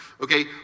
Okay